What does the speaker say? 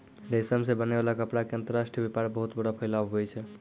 रेशम से बनै वाला कपड़ा के अंतर्राष्ट्रीय वेपार बहुत बड़ो फैलाव हुवै छै